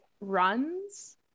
runs